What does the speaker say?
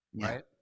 Right